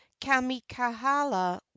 kamikahala